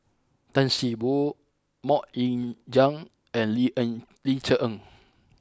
Tan See Boo Mok Ying Jang and Ling Eng Ling Cher Eng